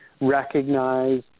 recognize